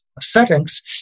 settings